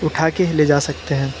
उठा कर ले जा सकते हैं